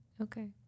Okay